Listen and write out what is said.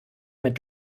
mit